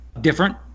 different